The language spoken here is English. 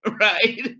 Right